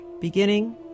beginning